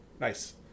Nice